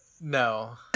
No